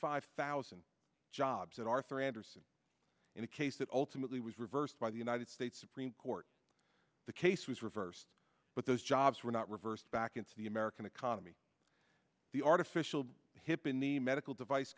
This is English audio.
five thousand jobs at arthur andersen in a case that ultimately was reversed by the united states supreme court the case was reversed but those jobs were not reversed back into the american economy the artificial hip in the medical device